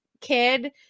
kid